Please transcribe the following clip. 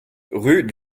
rue